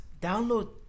download